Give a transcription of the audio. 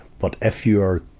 but if you're